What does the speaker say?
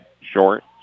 Short